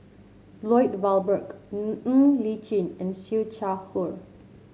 Lloyd Valberg Ng Ng Li Chin and Siew Shaw Her